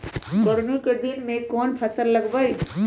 गर्मी के दिन में कौन कौन फसल लगबई?